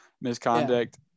misconduct